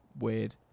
weird